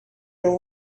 and